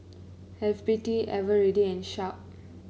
F B T Eveready and Sharp